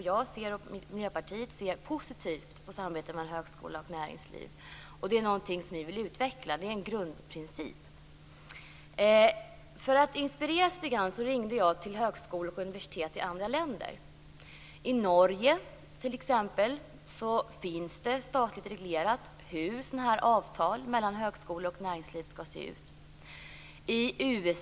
Jag och Miljöpartiet ser dock positivt på samarbete mellan högskola och näringsliv. Det är en grundprincip och någonting som vi vill utveckla. För att inspireras litet grand ringde jag till högskolor och universitet i andra länder. I t.ex. Norge finns det statligt reglerat hur sådana här avtal mellan högskolor och näringsliv skall se ut.